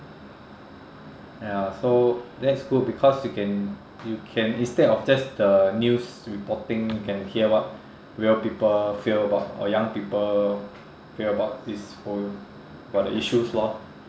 ya so that's good because you can you can instead of just the news reporting you can hear what real people feel about or young people feel about this whole about the issues lor